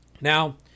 now